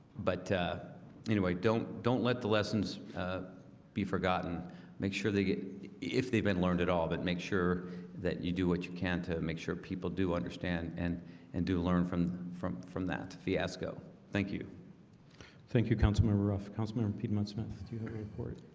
but anyway, don't don't let the lessons be forgotten make sure they if they've been learned at all but make sure that you do what you can to make sure people do understand and and do learn from from from that fiasco thank you thank you councilmember ruff councilman and piedmont smith report